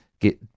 get